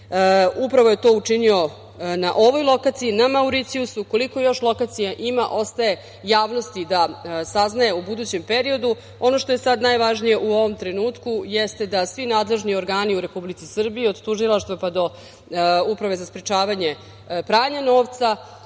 Srbije. Upravo je to učinio na ovoj lokaciji, na Mauricijusu. Koliko još lokacija ima, ostaje javnosti da saznaje u budućem periodu. Ono što je sada najvažnije u ovom trenutku jeste da svi nadležni organi u Republici Srbiji, od tužilaštva, pa do Uprave za sprečavanje pranja novca,